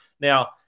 Now